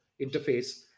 interface